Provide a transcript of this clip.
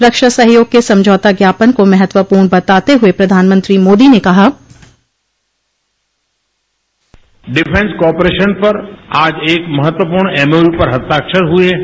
रक्षा सहयोग के समझौता ज्ञापन को महत्वपूर्ण बताते हुए प्रधानमंत्री मोदी ने कहा डिफेंस कार्पोरेशन पर आज एक महत्वपूर्ण एमओयू पर हस्ताक्षर हुए हैं